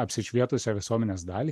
apsišvietusią visuomenės dalį